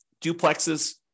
duplexes